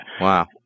Wow